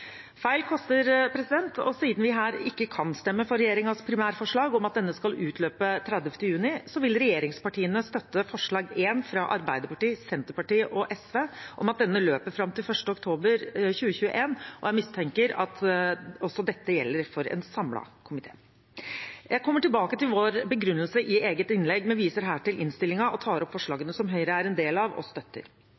Feil koster, og siden vi her ikke kan stemme for regjeringens primærforslag om at denne skal utløpe 30. juni, vil regjeringspartiene støtte forslag nr. 1, fra Arbeiderpartiet, Senterpartiet og SV, om at denne løper fram til 1. oktober 2021, og jeg mistenker at også dette gjelder for en samlet komité. Jeg kommer tilbake til vår begrunnelse i eget innlegg, men viser her til innstillingen og tar opp